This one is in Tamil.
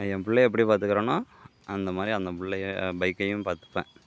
நான் என் பிள்ளைய எப்படி பார்த்துக்கறோனோ அந்தமாதிரி அந்த பிள்ளைய பைக்கையும் பாத்துப்பேன்